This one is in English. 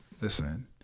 listen